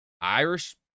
Irish